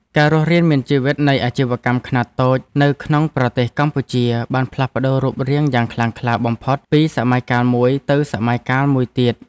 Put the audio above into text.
ការរស់រានមានជីវិតនៃអាជីវកម្មខ្នាតតូចនៅក្នុងប្រទេសកម្ពុជាបានផ្លាស់ប្តូររូបរាងយ៉ាងខ្លាំងក្លាបំផុតពីសម័យកាលមួយទៅសម័យកាលមួយទៀត។